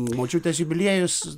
močiutės jubiliejus